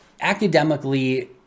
Academically